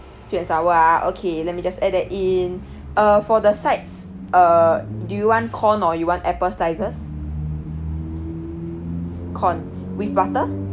sweet and sour ah okay let me just add that in uh for the sides err do you want corn or you want apple slices corn with butter